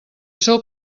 sou